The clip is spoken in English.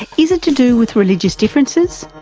is it to do with religious differences,